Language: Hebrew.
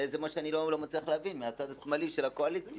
זה מה שאני לא מבין מהצד השמאלי של הקואליציה.